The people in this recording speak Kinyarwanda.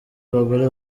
bagore